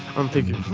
i'm thinking,